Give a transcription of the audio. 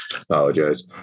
apologize